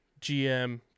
gm